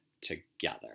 together